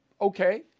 Okay